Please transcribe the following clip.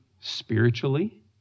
spiritually